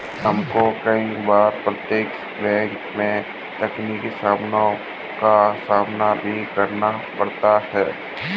हमको कई बार प्रत्यक्ष बैंक में तकनीकी समस्याओं का सामना भी करना पड़ता है